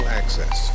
access